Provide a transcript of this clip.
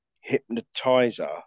hypnotizer